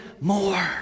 more